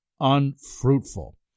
unfruitful